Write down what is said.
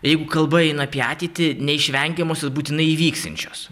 jeigu kalba eina apie ateitį neišvengiamos ir būtinai įvyksiančios